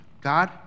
God